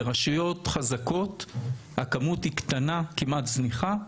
ברשויות חזקות הכמות היא קטנה, כמעט זניחה.